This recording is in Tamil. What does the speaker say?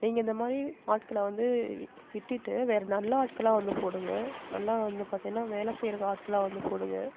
நீங்கள் இந்த மாதிரி ஆட்களை வந்து விட்டுட்டு வேறு நல்ல ஆட்களாக வந்து போடுங்கள் நல்லா வந்து பார்த்திங்கனா வேலை செய்கிற ஆட்களாக வந்து போடுங்கள்